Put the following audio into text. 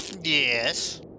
Yes